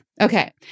Okay